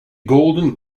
golden